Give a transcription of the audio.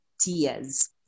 tears